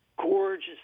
gorgeous